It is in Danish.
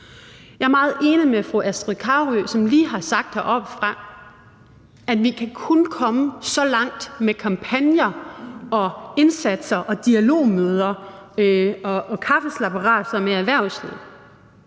Jeg er meget enig med fru Astrid Carøe, som lige har sagt heroppefra, at vi kun kan komme så langt med kampagner og indsatser og dialogmøder og kaffeslabberaser med erhvervslivet.